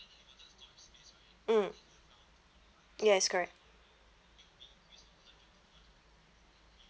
mm yes correct